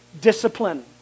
discipline